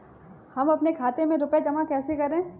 हम अपने खाते में रुपए जमा कैसे करें?